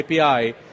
API